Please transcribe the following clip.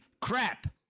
crap